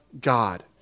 God